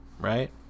right